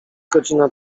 godzina